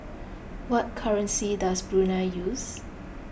what currency does Brunei use